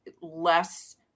less